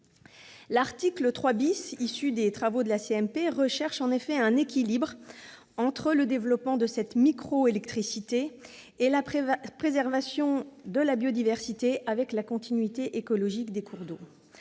L'article 3 issu des travaux de la CMP vise à trouver un équilibre entre le développement de la microélectricité et la préservation de la biodiversité avec la continuité écologique des cours d'eau.,